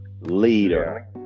Leader